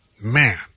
Man